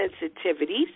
sensitivities